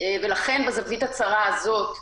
לכן, בזווית הצרה הזאת,